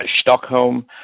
Stockholm